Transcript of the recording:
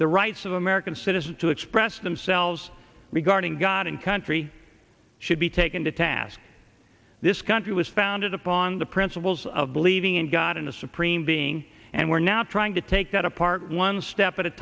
the rights of american citizens to express themselves regarding god and country should be taken to task this country was founded upon the principles of believing in god in a supreme being and we're now trying to take that apart one step at a